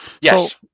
Yes